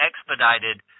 expedited